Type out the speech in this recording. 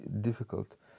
difficult